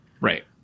right